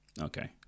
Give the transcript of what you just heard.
okay